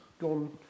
gone